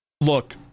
Look